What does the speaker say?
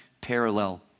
parallel